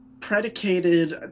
predicated